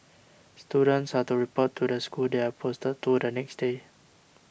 students are to report to the school they are posted to the next day